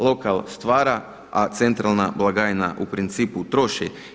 Lokalna stvara, a centralna blagajna u principu troši.